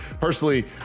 personally